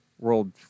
World